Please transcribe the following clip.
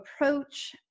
approach